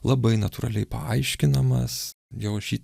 labai natūraliai paaiškinamas jau šį